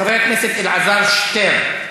חבר הכנסת אלעזר שטרן,